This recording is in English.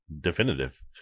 definitive